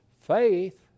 faith